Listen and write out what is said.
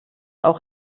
auch